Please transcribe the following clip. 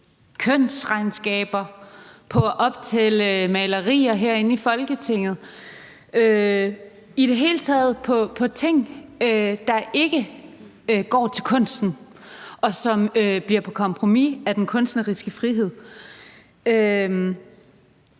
kønsregnskaber, på at optælle malerier herinde i Folketinget og i det hele taget på ting, der ikke går til kunsten, og som bliver på bekostning af den kunstneriske frihed.